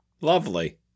Lovely